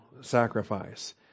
sacrifice